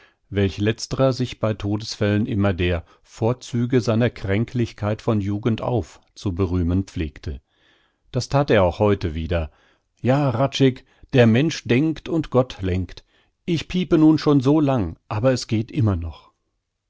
welch letztrer sich bei todesfällen immer der vorzüge seiner kränklichkeit von jugend auf zu berühmen pflegte das that er auch heute wieder ja hradscheck der mensch denkt und gott lenkt ich piepe nun schon so lang aber es geht immer noch